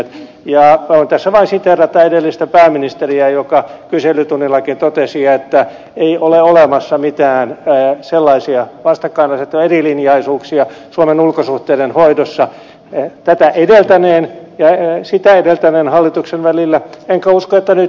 voin tässä vaan siteerata edellistä pääministeriä joka kyselytunnillakin totesi että ei ole olemassa mitään sellaisia vastakkainasetteluja erilinjaisuuksia suomen ulkosuhteiden hoidossa tätä edeltäneen ja sitä edeltäneen hallituksen välillä enkä usko että nytkään on